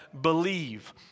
believe